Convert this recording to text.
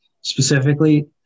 specifically